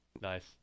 Nice